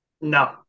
No